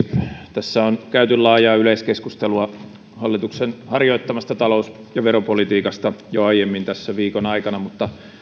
tässä on käyty laajaa yleiskeskustelua hallituksen harjoittamasta talous ja veropolitiikasta jo aiemmin tässä viikon aikana mutta